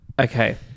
Okay